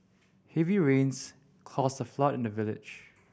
heavy rains caused a flood in the village